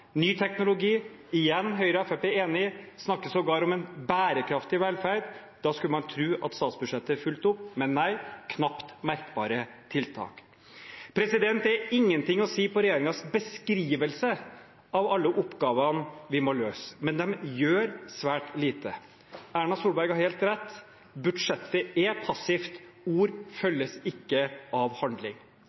ny teknologi – igjen er Høyre og Fremskrittspartiet enig, de snakker sågar om en bærekraftig velferd. Da skulle man tro at statsbudsjettet fulgte opp. Men nei, det er knapt merkbare tiltak. Det er ingenting å si på regjeringens beskrivelse av alle oppgavene vi må løse. Men de gjør svært lite. Erna Solberg har helt rett, budsjettet er passivt. Ord følges ikke av handling.